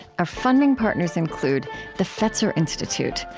our funding partners include the fetzer institute,